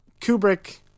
Kubrick